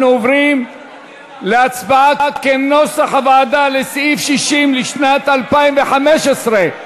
אנחנו עוברים להצבעה על סעיף 60 לשנת 2015,